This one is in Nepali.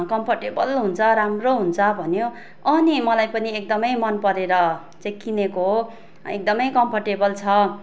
कम्फर्टेबल हुन्छ राम्रो हुन्छ भन्यो नि मलाई पनि एकदम मन परेर चाहिँ किनेको हो एकदम कम्फर्टेबल छ